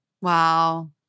Wow